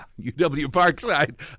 UW-Parkside